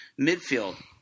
Midfield